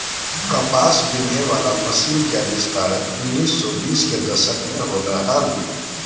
कपास बिनहे वला मशीन के आविष्कार उन्नीस सौ बीस के दशक में होलय हल